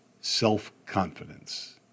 self-confidence